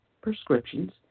prescriptions